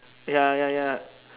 ya ya ya